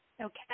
okay